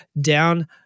down